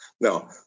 Now